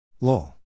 Lol